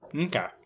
Okay